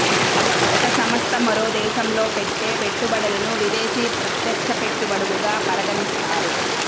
ఒక సంస్థ మరో దేశంలో పెట్టే పెట్టుబడులను విదేశీ ప్రత్యక్ష పెట్టుబడులుగా పరిగణిస్తారు